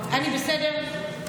אני בסדר,